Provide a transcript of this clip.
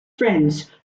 friends